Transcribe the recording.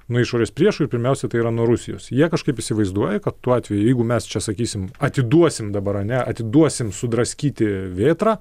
nuo išorės priešų ir pirmiausia tai yra nuo rusijos jie kažkaip įsivaizduoja tuo atveju jeigu mes čia sakysim atiduosim dabar ane atiduosim sudraskyti vėtrą